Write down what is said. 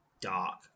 dark